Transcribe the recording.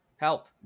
Help